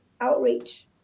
outreach